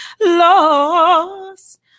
lost